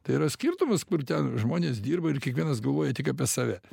tai yra skirtumas kur ten žmonės dirba ir kiekvienas galvoja tik apie save